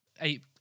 eight